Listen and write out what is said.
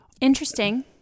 interesting